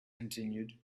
continued